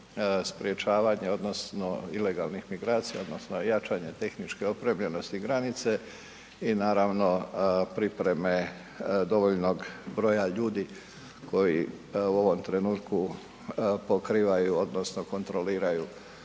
sprječavanje odnosno ilegalnih migracija odnosno jačanje tehničke opremljenosti granice i naravno pripreme dovoljnog broja ljudi koji u ovom trenutku pokrivaju odnosno kontroliraju